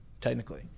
technically